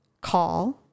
call